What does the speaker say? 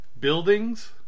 buildings